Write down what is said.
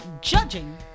judging